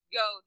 go